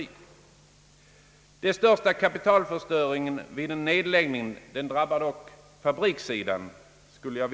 Jag skulle dock förmoda att den största kapitalförstöringen vid en nedläggning drabbar fabrikssidan.